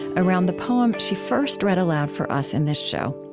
around the poem she first read aloud for us in this show.